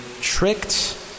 tricked